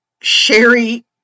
sherry